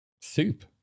soup